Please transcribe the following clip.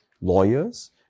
lawyers